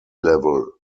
level